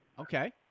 Okay